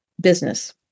business